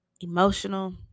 emotional